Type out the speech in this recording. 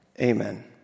amen